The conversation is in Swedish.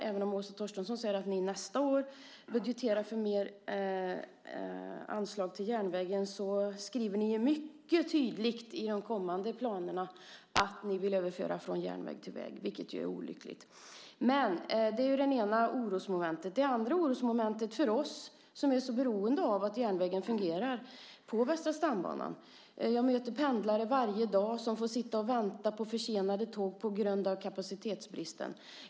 Även om Åsa Torstensson säger att ni nästa år budgeterar för mer anslag till järnvägen skriver ni mycket tydligt i de kommande planerna att ni vill överföra från järnväg till väg, vilket är olyckligt. Det är det ena orosmomentet. Det andra orosmomentet rör oss som är beroende av att trafiken fungerar på Västra stambanan. Jag möter varje dag pendlare som får sitta och vänta på försenade tåg på grund av kapacitetsbristen.